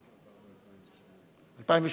2008,